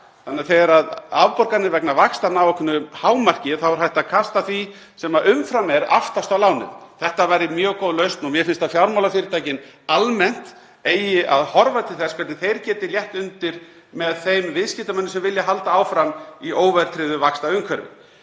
þannig að þegar afborganir vegna vaxtanna ná ákveðnu hámarki er hægt að kasta því sem umfram er aftast á lánið. Þetta væri mjög góð lausn og mér finnst að fjármálafyrirtækin almennt eigi að horfa til þess hvernig þau geta létt undir með þeim viðskiptavinum sem vilja halda áfram í óverðtryggðu vaxtaumhverfi.